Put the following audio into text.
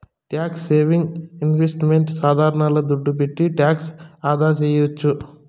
tax saving investment సాధనాల దుడ్డు పెట్టి టాక్స్ ఆదాసేయొచ్చు